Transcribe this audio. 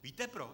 Víte proč?